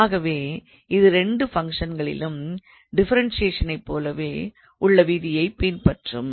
ஆகவே இது 2 ஃபங்க்ஷன்களின் டிஃபரன்சியேஷனை போலவே உள்ள விதியை பின்பற்றும்